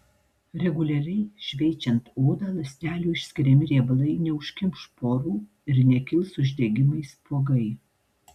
reguliariai šveičiant odą ląstelių išskiriami riebalai neužkimš porų ir nekils uždegimai spuogai